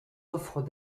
offres